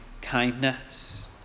kindness